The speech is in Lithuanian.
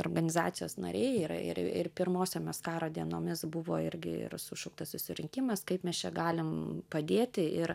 organizacijos nariai ir ir ir pirmosiomis karo dienomis buvo irgi ir sušauktas susirinkimas kaip mes čia galim padėti ir